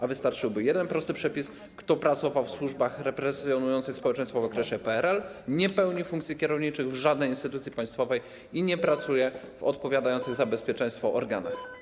A wystarczyłby jeden prosty przypis: kto pracował w służbach represjonujących społeczeństwo w okresie PRL, nie pełni funkcji kierowniczych w żadnej instytucji państwowej i nie pracuje w odpowiadających za bezpieczeństwo organach.